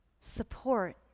support